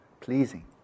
pleasing